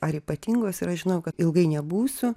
ar ypatingos ir aš žinojau kad ilgai nebūsiu